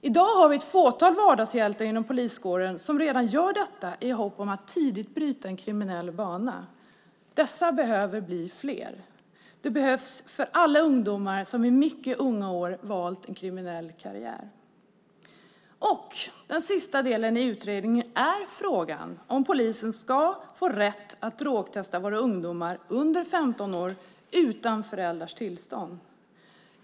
I dag har vi ett fåtal vardagshjältar inom poliskåren som redan gör detta i hopp om att tidigt bryta en ung människas kriminella bana. Dessa behöver bli fler. Det behövs för alla ungdomar som i mycket unga år valt en kriminell karriär. Den sista delen i utredningen gäller frågan om polisen ska ha rätt att drogtesta våra ungdomar under 15 år utan föräldrars tillstånd.